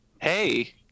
Hey